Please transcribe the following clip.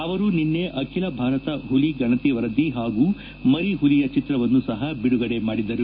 ಅವರು ನಿನ್ನೆ ಅಖಿಲ ಭಾರತ ಹುಲಿ ಗಣತಿ ವರದಿಯನ್ನು ಹಾಗೂ ಮರಿ ಹುಲಿಯ ಚಿತ್ರವನ್ನು ಸಹ ಬಿಡುಗಡೆ ಮಾಡಿದರು